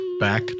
back